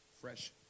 fresh